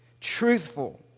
truthful